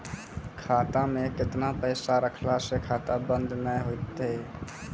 खाता मे केतना पैसा रखला से खाता बंद नैय होय तै?